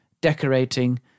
decorating